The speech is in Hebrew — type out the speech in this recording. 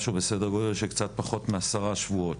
משהו בסדר גודל של קצת פחות מעשרה שבועות.